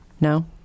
No